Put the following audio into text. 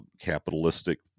capitalistic